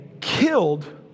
killed